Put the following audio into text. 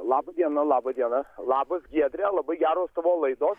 laba diena laba diena labas giedre labai geros tavo laidos